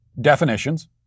definitions